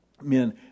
Men